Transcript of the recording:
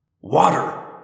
Water